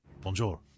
bonjour